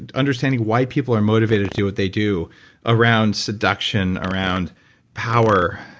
and understanding why people are motivated to do what they do around seduction, around power?